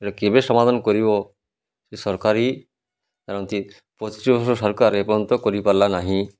ଏଇଟା କେବେ ସମାଧାନ କରିବ ସେ ସରକାରୀ ପଚିଶି ବର୍ଷ ସରକାର ଏପର୍ଯ୍ୟନ୍ତ କରିପାରିଲା ନାହିଁ